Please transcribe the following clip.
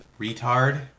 Retard